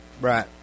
Right